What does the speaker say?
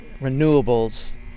renewables